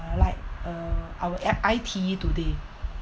like uh our I_T today